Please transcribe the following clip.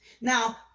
Now